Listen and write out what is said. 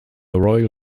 royal